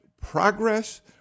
progress